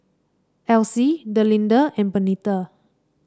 Alcie Delinda and Bernita